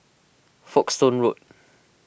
Folkestone Road